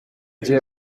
gihe